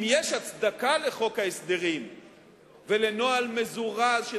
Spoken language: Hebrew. אם יש הצדקה לחוק ההסדרים ולנוהל מזורז של